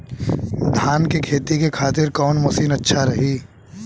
धान के खेती के खातिर कवन मशीन अच्छा रही?